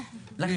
תראי,